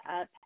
up